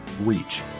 reach